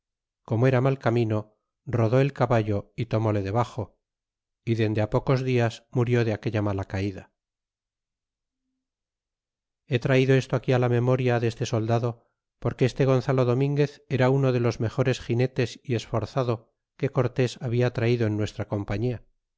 como era mal camino rodó el caballo y tomóle debaxo y dende pocos dias murió de aquella mala calda he traido esto aquí la memoria deste soldada porque este gonzalo dominguez era uno de los mejores ginetes y esforzado que cortés habla traido en nuestra compañia